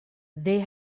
they